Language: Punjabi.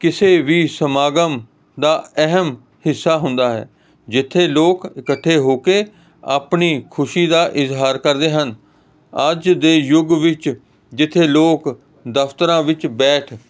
ਕਿਸੇ ਵੀ ਸਮਾਗਮ ਦਾ ਅਹਿਮ ਹਿੱਸਾ ਹੁੰਦਾ ਹੈ ਜਿੱਥੇ ਲੋਕ ਇਕੱਠੇ ਹੋ ਕੇ ਆਪਣੀ ਖੁਸ਼ੀ ਦਾ ਇਜ਼ਹਾਰ ਕਰਦੇ ਹਨ ਅੱਜ ਦੇ ਯੁੱਗ ਵਿੱਚ ਜਿੱਥੇ ਲੋਕ ਦਫਤਰਾਂ ਵਿੱਚ ਬੈਠ